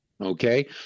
okay